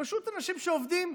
אלה פשוט אנשים שעובדים,